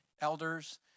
elders